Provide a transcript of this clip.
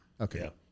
Okay